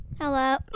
Hello